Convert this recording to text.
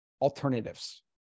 alternatives